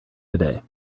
today